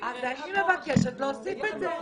אני מבקשת להוסיף את זה.